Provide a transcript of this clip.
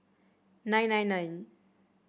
nine nine nine